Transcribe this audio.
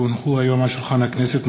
כי הונחו היום על שולחן הכנסת,